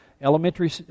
elementary